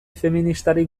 feministarik